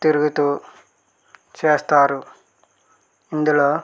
తిరుగుతూ చేస్తారు ఇందులో